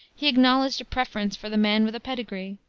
he acknowledged a preference for the man with a pedigree,